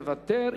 מוותר.